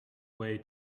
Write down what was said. way